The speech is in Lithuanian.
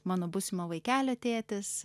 mano būsimo vaikelio tėtis